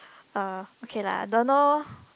uh okay lah don't know